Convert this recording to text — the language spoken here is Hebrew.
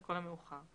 לכל המאוחר".